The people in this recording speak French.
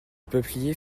peupliers